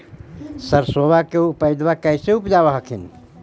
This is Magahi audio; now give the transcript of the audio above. सरसोबा के पायदबा कैसे उपजाब हखिन?